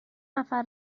نفر